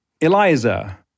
Eliza